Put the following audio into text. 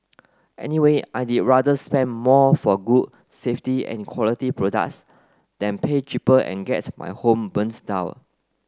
anyway I'd rather spend more for good safety and quality products than pay cheaper and get my home burns down